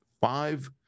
five